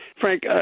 Frank